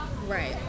right